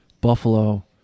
Buffalo